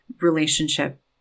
relationship